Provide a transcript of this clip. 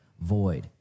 void